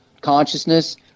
consciousness